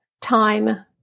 time